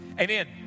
Amen